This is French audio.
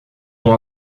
ont